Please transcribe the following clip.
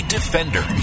Defender